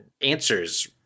answers